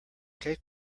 cake